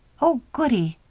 oh, goody!